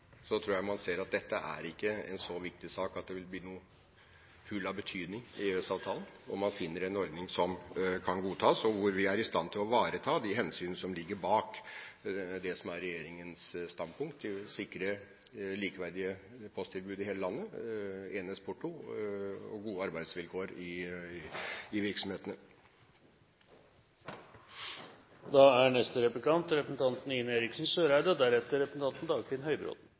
så viktig sak at det vil bli noe hull av betydning i EØS-avtalen om man finner en ordning som kan godtas, der vi er i stand til å ivareta de hensyn som ligger bak det som er regjeringens standpunkt. Vi vil sikre likeverdige posttilbud i hele landet, ens porto og gode arbeidsvilkår i virksomhetene. Jeg legger merke til at representanten Hansen slår på den retoriske stortromma på vegne av sosialdemokratiet. Det er jo også sånn i Norge at biskoper demonstrerer mot den sosialdemokratiske og